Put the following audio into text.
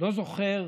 לא זוכר